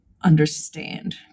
understand